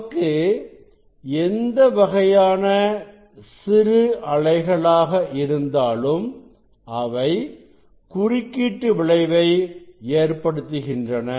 நமக்கு எந்த வகையான சிறு அலைகளாக இருந்தாலும் அவை குறுக்கீட்டு விளைவு ஏற்படுத்துகின்றன